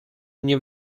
nie